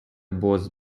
boss